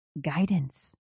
guidance